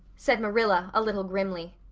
said marilla, a little grimly.